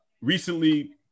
recently